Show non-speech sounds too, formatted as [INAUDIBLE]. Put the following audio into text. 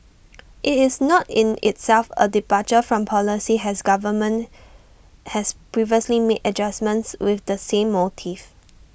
[NOISE] IT is not in itself A departure from policy has government has previously made adjustments with the same motive